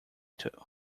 too